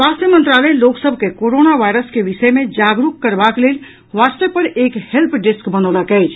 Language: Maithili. स्वास्थ्य मंत्रालय लोक सभ के कोरोना वायरस के विषय मे जागरूक करबाक लेल वाट्सअप पर एक हेल्प डेस्क बनौलक अछि